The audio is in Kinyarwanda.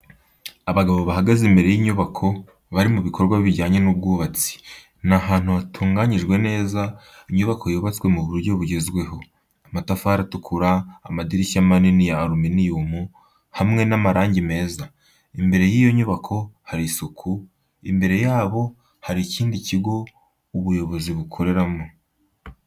Abagabo bahagaze imbere y’inyubako bari mu bikorwa bijyanye n’ubwubatsi. Ni ahantu hatunganyijwe neza, inyubako yubatswe mu buryo bugezweho: amatafari atukura, amadirishya manini ya aluminium, hamwe n’amarangi meza. Imbere y’iyo nyubako hari isuku, imbere yabo hari ikindi kigo ubuyobozi bukoreramo.